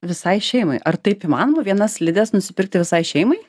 visai šeimai ar taip įmanoma vienas slides nusipirkti visai šeimai